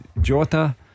Jota